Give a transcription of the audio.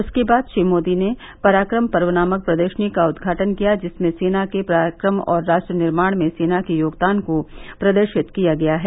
उसके बाद श्री मोदी ने पराक्रम पर्व नामक प्रदर्शनी का उद्घाटन किया जिसमें सैना के पराक्रम और राष्ट्र निर्माण में सेना के योगदान को प्रदर्शित किया गया है